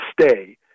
stay